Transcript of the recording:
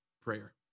prayer